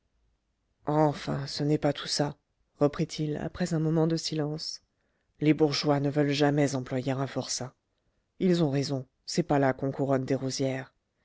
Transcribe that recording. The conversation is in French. enfin ce n'est pas tout ça reprit-il après un moment de silence les bourgeois ne veulent jamais employer un forçat ils ont raison c'est pas là